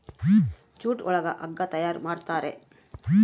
jute ಒಳಗ ಹಗ್ಗ ತಯಾರ್ ಮಾಡುತಾರೆ